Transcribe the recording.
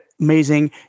amazing